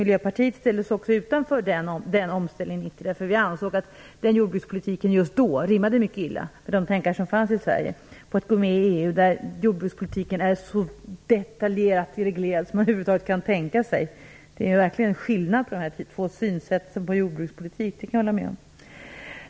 Miljöpartiet ställde sig också utanför omställningen 1990, därför att vi ansåg att den jordbrukspolitik som drevs just då rimmade mycket illa med de tankar som fanns i Sverige på att gå med i EU, där jordbrukspolitiken är så detaljerat reglerad som man över huvud taget kan tänka sig. Det är verkligen skillnad på dessa två synsätt på jordbrukspolitik; det kan jag hålla med om.